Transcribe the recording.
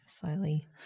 Slowly